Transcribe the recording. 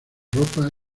ropa